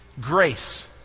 grace